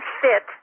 fit